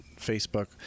facebook